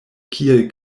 kiel